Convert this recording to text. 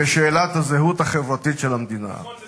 בשאלת הזהות החברתית של המדינה, נכון.